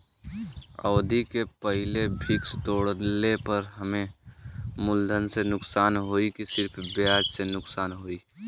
अवधि के पहिले फिक्स तोड़ले पर हम्मे मुलधन से नुकसान होयी की सिर्फ ब्याज से नुकसान होयी?